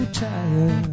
tired